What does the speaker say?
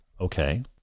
Okay